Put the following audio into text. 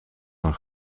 een